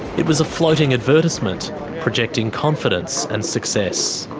it was a floating advertisement projecting confidence and success.